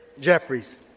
Jeffries